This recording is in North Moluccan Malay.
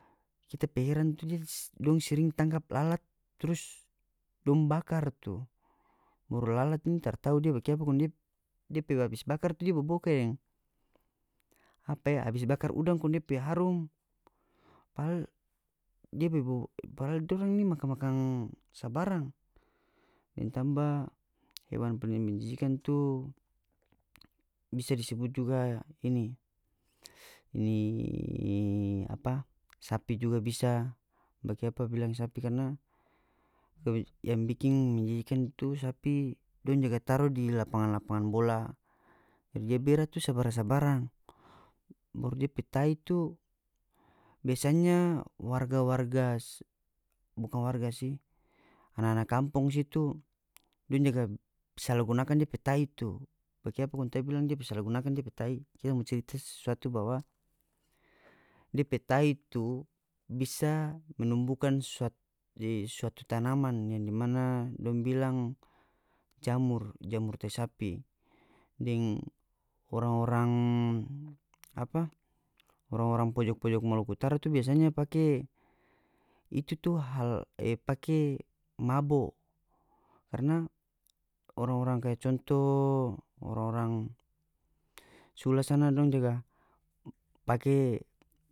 Kita pe heran itu dong sering tangkap lalat trus dong bakar tu baru lalat ni taratau dia bakiapa kong dia dia pe abis bakar tu dia bobou kaya deng apa e abis bakar udang kong dia pe harum padahal dia pe bobou padahal dorang ini makan-makan sabarang deng tamba hewan paling menjijikan tu bisa disebut juga ini ini apa sapi juga bisa bakiapa bilang sapi karna yang bikin menjijikan tu sapi dong jaga taru di lapangan-lapangan bola jadi dia bera tu sabarang-sabarang baru dia pe tai tu biasanya warga-warga bukan warga si ana-ana kampong situ dong jaga sala gunakan depe tai tu bakiapa kong ta bilang depe sala gunakan depe tai kita mo cerita sesuatu bahwa depe tai itu bisa menumbukan suatu tanaman yang di mana dong bilang jamur jamur tai sapi deng orang-orang apa orang-orang pojok pojok maluku utara tu biasanya pake itu tu hal e pake mabo karna orang-orang kaya conto orang-orang sula sana dong jaga pake.